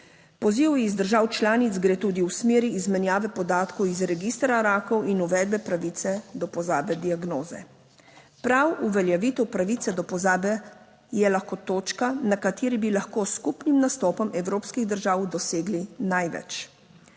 Poziv iz držav članic gre tudi v smeri izmenjave podatkov iz registra rakov in uvedbe pravice do pozabe diagnoze. Prav uveljavitev pravice do pozabe je lahko točka, na kateri bi lahko s skupnim nastopom evropskih držav dosegli največ.